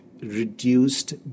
reduced